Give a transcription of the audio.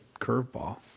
curveball